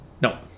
No